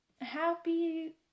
happy